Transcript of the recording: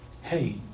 hey